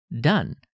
done